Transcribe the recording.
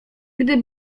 gdy